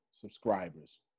subscribers